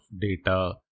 data